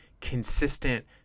consistent